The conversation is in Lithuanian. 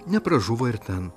nepražuvo ir ten